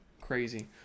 Crazy